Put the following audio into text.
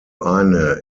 eine